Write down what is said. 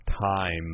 time